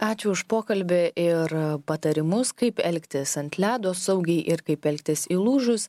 ačiū už pokalbį ir patarimus kaip elgtis ant ledo saugiai ir kaip elgtis įlūžus